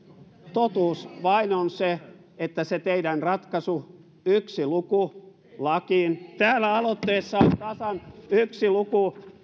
totuus vain on se että se teidän ratkaisu yksi luku lakiin täällä on tasan yksi luku